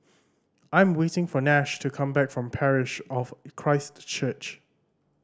I am waiting for Nash to come back from Parish of Christ Church